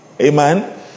Amen